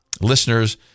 listeners